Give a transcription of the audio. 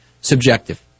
subjective